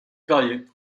variée